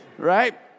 right